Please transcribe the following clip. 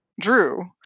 Drew